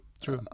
true